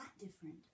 different